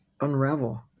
unravel